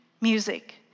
music